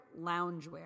loungewear